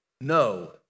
no